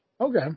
Okay